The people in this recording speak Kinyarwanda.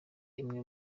imwe